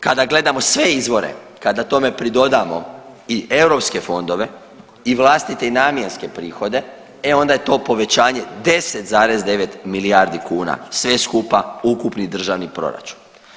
Kada gledamo sve izvore, kada tome pridodamo i europske fondove i vlastite i namjenske prihode, e onda je to povećanje 10,9 milijardi kuna sve skupa ukupni državni proračun.